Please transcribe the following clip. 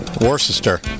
Worcester